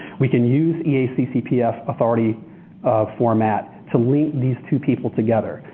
we can use eac cpf authority format to link these two people together.